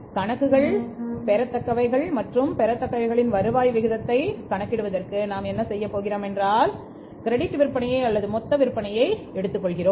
கணக்குகள் பெறத்தக்கவைகள் மற்றும் பெறத்தக்கவைகளின் வருவாய் விகிதத்தை கணக்கிடுவதற்கு நாம் என்ன செய்கிறோம் என்பதுதான் கிரெடிட் விற்பனையை அல்லது மொத்த விற்பனையை எடுத்துக்கொள்கிறோம்